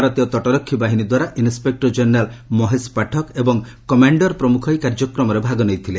ଭାରତୀୟ ତଟରକ୍ଷୀ ବାହିନୀ ଦ୍ୱାରା ଇନ୍ସପେକ୍ର ଜେନେରାଲ୍ ମହେଶ ପାଠକ ଏବଂ କମାଣ୍ଡର ପ୍ରମୁଖ ଏହି କାର୍ଯ୍ୟକ୍ରମରେ ଭାଗ ନେଇଥିଲେ